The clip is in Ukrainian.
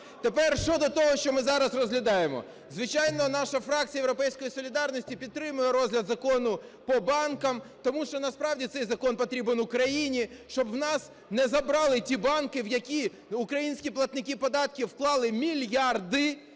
Тепер щодо того, що ми зараз розглядаємо. Звичайно, наша фракція "Європейської солідарності" підтримує розгляд Закону по банкам, тому що насправді цей закон потрібен Україні, щоб у нас не забрали ті банки, в які українські платники податків вклали мільярди